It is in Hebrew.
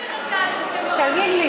ברשות ההגירה,